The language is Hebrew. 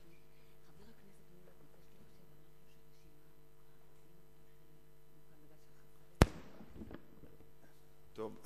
טוב,